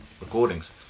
recordings